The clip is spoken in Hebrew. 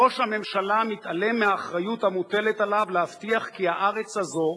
ראש הממשלה מתעלם מהאחריות המוטלת עליו להבטיח כי הארץ הזאת,